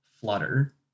Flutter